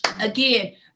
again